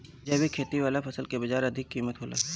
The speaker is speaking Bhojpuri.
जैविक खेती वाला फसल के बाजार कीमत अधिक होला